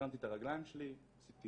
הרמתי את הרגליים שלי, עשיתי